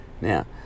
now